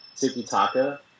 tiki-taka